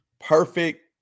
perfect